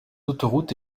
autoroutes